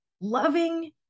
loving